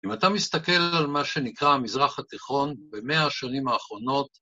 אם אתה מסתכל על מה שנקרא המזרח התיכון במאה השנים האחרונות